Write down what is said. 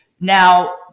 now